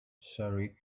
surrey